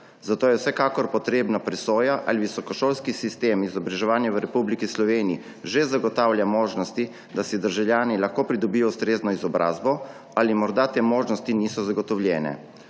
Zato je vsekakor potrebna presoja, ali visokošolski sistem izobraževanja v Republiki Sloveniji že zagotavlja možnosti, da si državljani lahko pridobijo ustrezno izobrazbo, ali morda te možnosti niso zagotovljene.